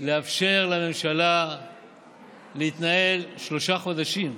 לאפשר לממשלה להתנהל שלושה חודשים,